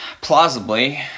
Plausibly